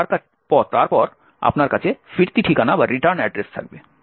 এবং তারপরে আপনার কাছে ফিরতি ঠিকানা থাকবে